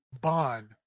Bond